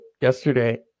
yesterday